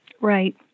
Right